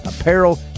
apparel